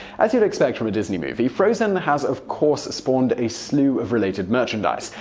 as you'd expect from a disney movie, frozen has of course spawned a slew of related merchandise.